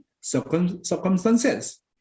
circumstances